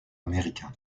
américains